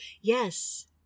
Yes